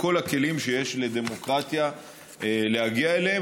בכל הכלים שיש לדמוקרטיה להגיע אליה.